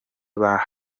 banga